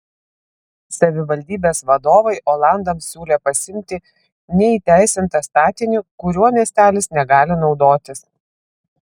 savivaldybės vadovai olandams siūlė pasiimti neįteisintą statinį kuriuo miestelis negali naudotis